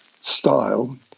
style